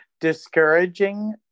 discouraging